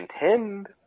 intend